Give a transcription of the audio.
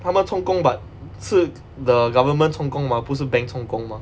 他们充公 but 是 the government 充公 mah 不是 banks 充公 mah